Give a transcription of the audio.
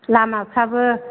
लामाफ्राबो